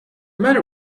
matter